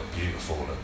beautiful